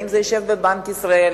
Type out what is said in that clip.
האם זה ישב בבנק ישראל,